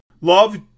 love